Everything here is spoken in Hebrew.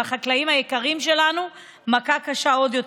החקלאים היקרים שלנו מכה קשה עוד יותר.